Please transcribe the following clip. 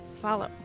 follow